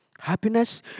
Happiness